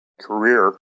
career